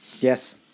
Yes